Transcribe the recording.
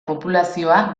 populazioa